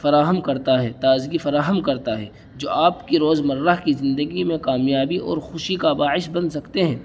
فراہم کرتا ہے تازگی فراہم کرتا ہے جو آپ کی روزمرہ کی زندگی میں کامیابی اور خوشی کا باعث بن سکتے ہیں